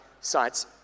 sites